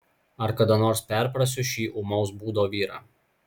ar kada nors perprasiu šį ūmaus būdo vyrą